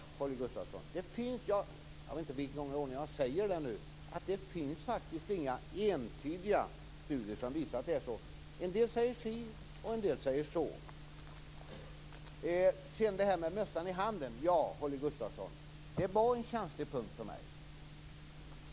Fru talman! Det kan hända att det finns, men det är inte självklart, Holger Gustafsson. Jag vet inte hur många gånger jag har sagt att det faktiskt inte finns några entydiga studier som visar att det är så. En del säger si och en del säger så. Sedan detta med mössan i hand: Ja, Holger Gustafsson det var en känslig punkt för mig.